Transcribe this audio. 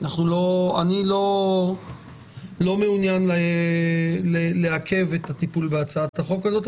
אני לא מעוניין לעכב את הטיפול בהצעת החוק הזאת,